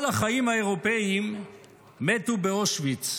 "כל החיים האירופיים מתו באושוויץ".